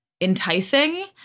enticing